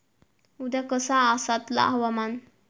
उद्या कसा आसतला हवामान?